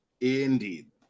Indeed